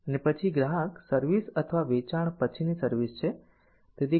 અને પછી ગ્રાહક સર્વિસ અથવા વેચાણ પછીની સર્વિસ છે